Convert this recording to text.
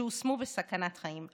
שהושמו בסכנת חיים.